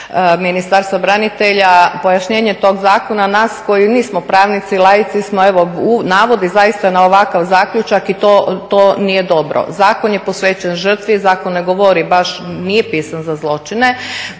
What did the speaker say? Ministarstva branitelja pojašnjenje tog zakona nas koji nismo pravnici, laici smo, evo navodi zaista na ovakav zaključak i to nije dobro. Zakon je posvećen žrtvi, zakon ne govori baš, nije pisan za zločine.